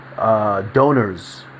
Donors